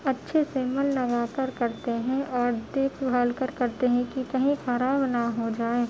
اچھے سے من لگا کر کرتے ہیں اور دیکھ بھال کر کرتے ہیں کہ کہیں خراب نہ ہو جائے